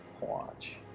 Watch